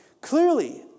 Clearly